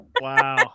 wow